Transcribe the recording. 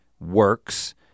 works